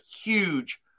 huge